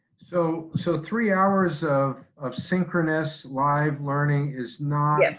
so so, three hours of of synchronous live learning is not and